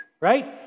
right